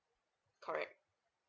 correct